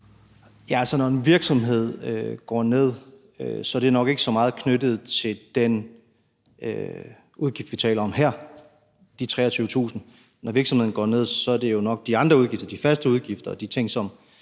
Når en virksomhed går ned, er det nok ikke så meget knyttet til den udgift, vi taler om her, de 23.000 kr. Når virksomheden går ned, skyldes det jo nok de andre udgifter, de faste udgifter og de ting, som